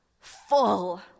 full